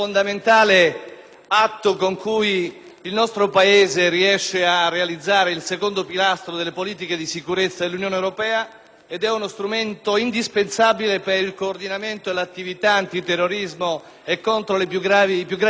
con cui il nostro Paese riesce a realizzare il secondo pilastro delle politiche di sicurezza dell'Unione europea. È uno strumento indispensabile per il coordinamento dell'attività antiterroristica e di contrasto ai più gravi fenomeni della criminalità